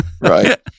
right